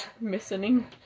Missing